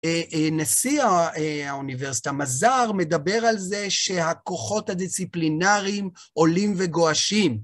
אה אה, נשיא ה... האוניברסיטה, מזר, מדבר על זה שהכוחות הדיסציפלינריים עולים וגועשים.